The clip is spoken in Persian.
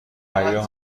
حیا